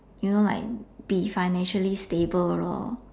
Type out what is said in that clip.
you know like be financially stable lor